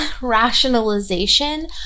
rationalization